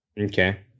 Okay